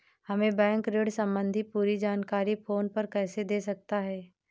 हमें बैंक ऋण संबंधी पूरी जानकारी फोन पर कैसे दे सकता है?